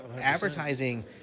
advertising